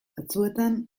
batzuetan